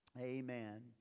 Amen